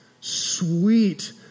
sweet